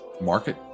market